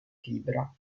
fibra